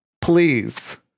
please